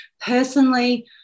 Personally